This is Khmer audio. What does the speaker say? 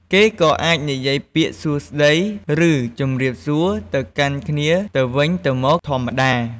គេក៏អាចនិយាយពាក្យ សួស្ដី ឬ ជម្រាបសួរ ទៅកាន់គ្នាទៅវិញទៅមកធម្មតា។